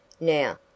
Now